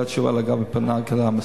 זאת התשובה לגבי הקנאביס.